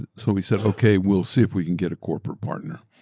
ah so we said, aokay, we'll see if we can get a corporate partner.